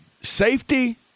safety